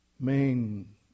main